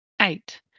Eight